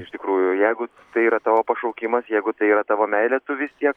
iš tikrųjų jeigu tai yra tavo pašaukimas jeigu tai yra tavo meilė tu vis tiek